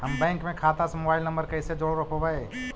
हम बैंक में खाता से मोबाईल नंबर कैसे जोड़ रोपबै?